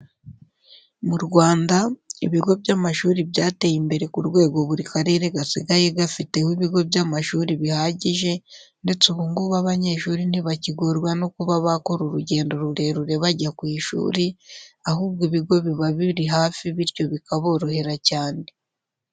Mu Rwanda ibigo by'amashuri byateye imbere ku rwego buri karere gasigaye gafite ibigo by'amashuri bihagije ndetse ubu ngubu abanyeshuri ntibakigorwa no kuba bakora urugendo rurerure bajya ku ishuri, ahubwo ibigo biba biri hafi bityo bikaborohera cyane.